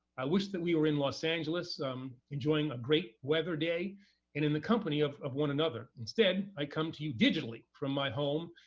i wish that we were in los angeles um enjoying a great weather day and in the company of of one another. instead, i come to you digitally from my home,